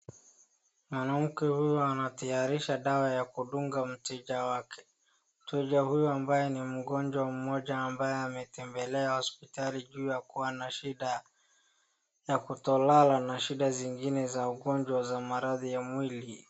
Mwanamke huyu anatayarisha dawa ya kunduga mteja wake. Mteja huyu ambaye ni mgonjwa mmoja ambaye ametembelewa hospitali juu ya kuwa na shida ya kutolala na shida zingine za ugonjwa za maradhi ya mwili.